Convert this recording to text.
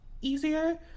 easier